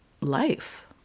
life